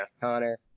Connor